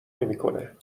نمیکنه